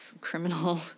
criminal